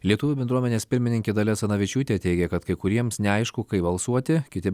lietuvių bendruomenės pirmininkė dalia asanavičiūtė teigia kad kai kuriems neaišku kaip balsuoti kiti